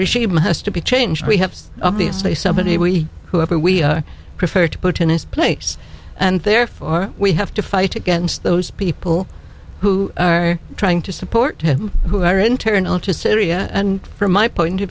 regime has to be changed we have to obviously somebody we whoever we prefer to put in his place and therefore we have to fight against those people who are trying to support him who are internal to syria and from my point of